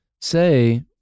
say